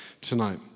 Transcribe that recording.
tonight